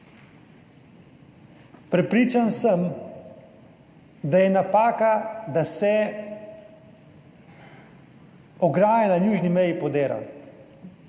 Prepričan sem, da je napaka, da se ograja na južni meji podira.